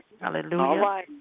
Hallelujah